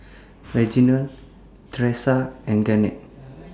Reginald Tresa and Garnet